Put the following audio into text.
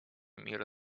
мира